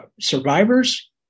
survivors